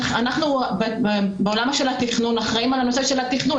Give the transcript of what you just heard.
בעולם התכנון אנחנו אחראים על התכנון.